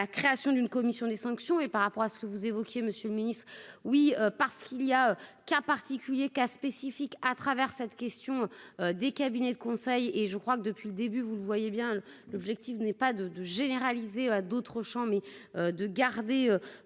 création d'une commission des sanctions et par rapport à ce que vous évoquiez, monsieur le Ministre, oui, parce qu'il y a qu'un particulier cas spécifique à travers cette question des cabinets de conseil et je crois que depuis le début, vous le voyez bien l'objectif n'est pas de de généraliser à d'autres champs mais de garder